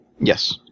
Yes